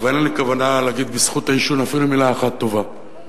ואין לי כוונה להגיד בזכות העישון אפילו מלה טובה אחת.